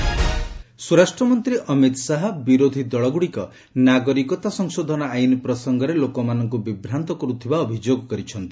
ଅମିତ ଶାହା ସ୍ୱରାଷ୍ଟ୍ର ମନ୍ତ୍ରୀ ଅମିତ ଶାହା ବିରୋଧୀ ଦଳଗ୍ରଡ଼ିକ ନାଗରିକତା ସଂଶୋଧନ ଆଇନ୍ ପ୍ରସଙ୍ଗରେ ଲୋକମାନଙ୍କୁ ବିଭ୍ରାନ୍ତ କରୁଥିବା ଅଭିଯୋଗ କରିଛନ୍ତି